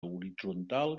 horitzontal